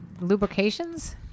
lubrications